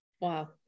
Wow